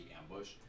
ambush